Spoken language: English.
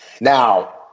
Now